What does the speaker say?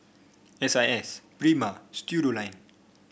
S I S Prima Studioline